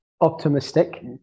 optimistic